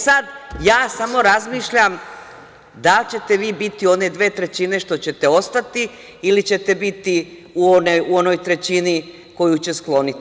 Samo razmišljam da li ćete vi biti one dve trećine što ćete ostati ili ćete biti u onoj trećini koju će skloniti.